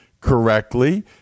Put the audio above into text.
correctly